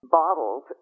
bottles